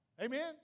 Amen